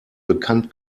bekannt